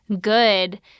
good